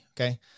okay